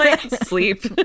sleep